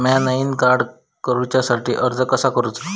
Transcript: म्या नईन debit card काडुच्या साठी अर्ज कसा करूचा?